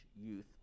youth